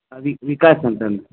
ಆ ವಿ ವಿಕಾಸ್ ಅಂತಂದು